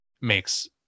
makes